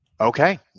Okay